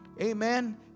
Amen